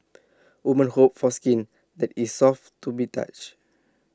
women hope for skin that is soft to be touch